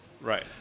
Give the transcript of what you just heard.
Right